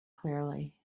clearly